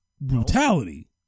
brutality